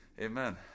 Amen